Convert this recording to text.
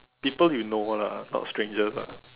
people you know lah not strangers lah